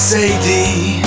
Sadie